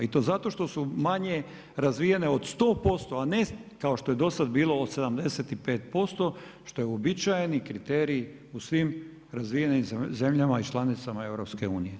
I to zato što su manje razvijene od 100%, a ne kao što je do sada bilo od 75%, što je uobičajeni kriterij, u svim razvijenim zemljama i članicama EU.